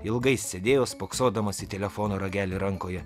ilgai sėdėjo spoksodamas į telefono ragelį rankoje